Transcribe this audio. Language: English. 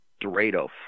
Dorado